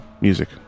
Music